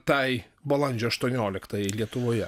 tai balandžio aštuonioliktajai lietuvoje